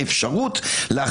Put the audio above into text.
מתי אפשר להגיב?